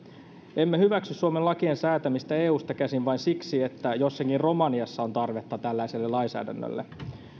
emme hyväksy suomen lakien säätämistä eusta käsin vain siksi että jossakin romaniassa on tarvetta tällaiselle lainsäädännölle